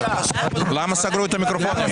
למה סגרו את המיקרופונים?